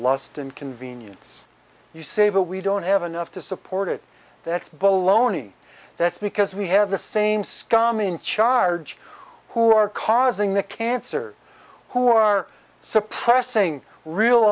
lust and convenience you say but we don't have enough to support it that's bull loney that's because we have the same scum in charge who are causing the cancer who are suppressing real